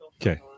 okay